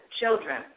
children